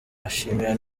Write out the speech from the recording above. ashimira